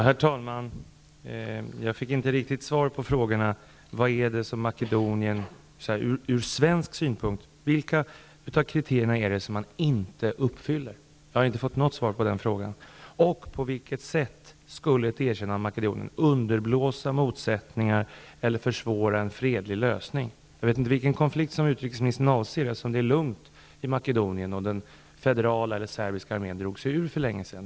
Herr talman! Jag fick inget riktigt svar på mina frågor. Vilka kriterier uppfyller inte Makedonien? Jag har inte fått något svar på den frågan. På vilket sätt skulle ett erkännande av Makedonien underblåsa motsättningar eller försvåra en fredlig lösning? Jag vet inte vilken konflikt utrikesministern avser, eftersom det är lugnt i Makedonien. Den federala, serbiska, armén drog sig ur för länge sedan.